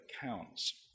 counts